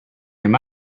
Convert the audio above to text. him